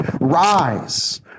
Rise